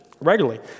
regularly